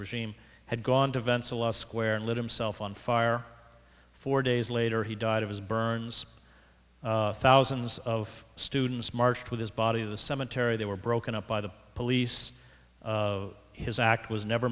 regime had gone to events a lot square lit him self on fire four days later he died of his burns thousands of students marched with his body to the cemetery they were broken up by the police his act was never